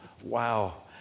wow